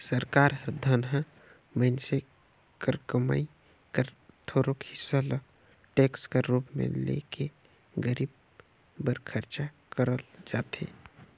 सरकार हर धनहा मइनसे कर कमई कर थोरोक हिसा ल टेक्स कर रूप में ले के गरीब बर खरचा करल जाथे